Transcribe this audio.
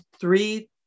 three